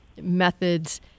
methods